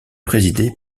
présidé